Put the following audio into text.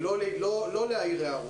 נא לא להעיר הערות.